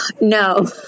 No